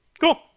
Cool